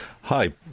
Hi